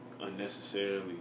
Unnecessarily